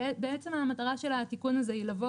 בעצם המטרה של התיקון הזה היא לבוא